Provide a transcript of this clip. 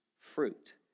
fruit